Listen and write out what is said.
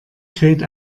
kräht